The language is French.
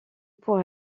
pour